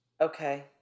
Okay